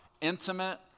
Intimate